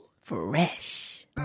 fresh